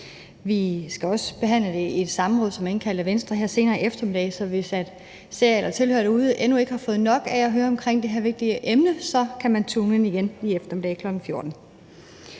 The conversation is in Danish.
Vi skal også behandle det i et samråd, som der er indkaldt til af Venstre, her senere i eftermiddag, så hvis tilhørere eller seere derude endnu ikke har fået nok af at høre om det her vigtige emne, kan man tune ind igen i eftermiddag kl. 14.00.